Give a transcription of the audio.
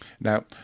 now